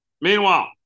Meanwhile